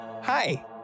Hi